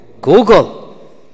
Google